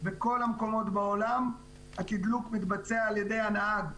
בכל המקומות בעולם התדלוק מתבצע על ידי הנהג.